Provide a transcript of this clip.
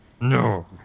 No